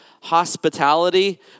hospitality